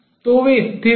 तो वे स्थिर हैं